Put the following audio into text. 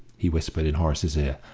he whispered in horace's ear.